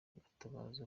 gatabazi